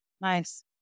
Nice